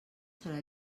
serà